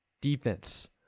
defense